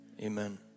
Amen